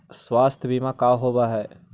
स्वास्थ्य बीमा का होव हइ?